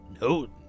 No